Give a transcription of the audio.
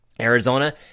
Arizona